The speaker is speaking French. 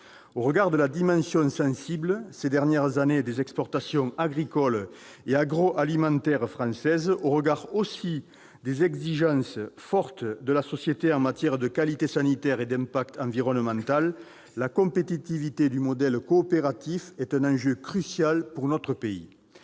Au regard de la diminution sensible, ces dernières années, des exportations agricoles et agroalimentaires françaises, au regard aussi des exigences fortes de la société en matière de qualité sanitaire et d'impact environnemental, la compétitivité du modèle coopératif est un enjeu crucial pour notre pays.